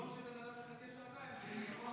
במקום שאתה תחכה שעתיים, תחכה